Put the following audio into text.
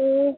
ও